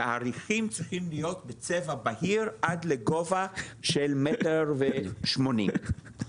שאריחים צריכים להיות בצבע בהיר עד לגובה של 1.8 מטר.